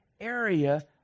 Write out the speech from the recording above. area